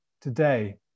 today